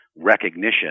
recognition